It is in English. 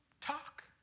talk